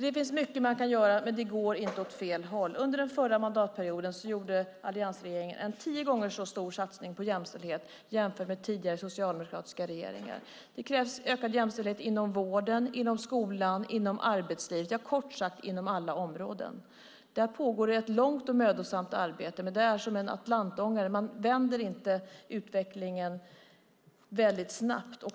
Det finns mycket man kan göra, men det går inte åt fel håll. Under den förra mandatperioden gjorde alliansregeringen en tio gånger så stor satsning på jämställdhet jämfört med tidigare socialdemokratiska regeringar. Det krävs ökad jämställdhet inom vården, inom skolan, inom arbetslivet - ja, kort sagt, inom alla områden. Där pågår det ett långt och mödosamt arbete. Men det är som en Atlantångare. Man vänder inte utvecklingen väldigt snabbt.